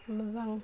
मोजां